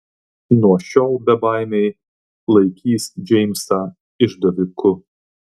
nuo šiol bebaimiai laikys džeimsą išdaviku